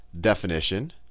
definition